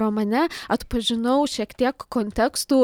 romane atpažinau šiek tiek kontekstų